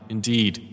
Indeed